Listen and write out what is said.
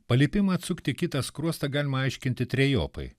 paliepimą atsukti kitą skruostą galima aiškinti trejopai